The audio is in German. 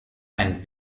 einen